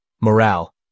morale